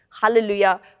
Hallelujah